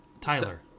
Tyler